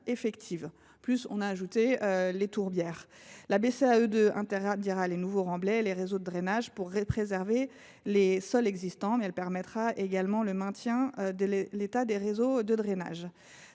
effectives et des tourbières. La BCAE 2 interdira les nouveaux remblais et réseaux de drainage pour préserver les sols existants, mais elle permettra également le maintien en l’état des réseaux de drainage.